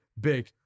big